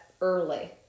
early